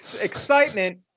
excitement